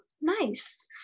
nice